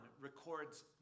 records